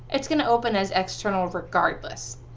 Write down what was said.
it's going to open as external regardless.